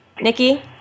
Nikki